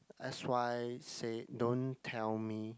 s_y say don't tell me